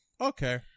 Okay